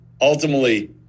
ultimately